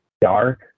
dark